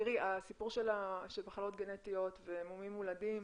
הסיפור של מחלות גנטיות ומומים מולדים,